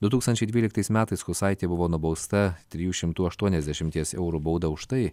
du tūkstančiai dvyliktais metais kusaitė buvo nubausta trijų šimtų aštuoniasdešimties eurų bauda už tai